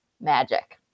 magic